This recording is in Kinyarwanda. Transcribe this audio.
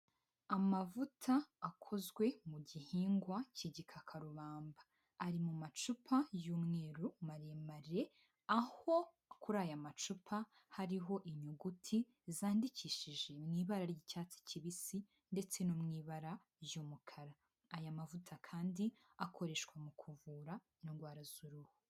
Amavuta akozwe mu gihingwa k'igikakarubamba, ari mu macupa y'umweru maremare aho kuri aya macupa hariho inyuguti zandikishijewi ibara ry'icyatsi kibisi ndetse no mu ibara ry'umukara, aya mavuta kandi akoreshwa mu kuvura indwara z'uruhu.